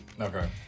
Okay